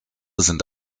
sind